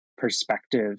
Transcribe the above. perspective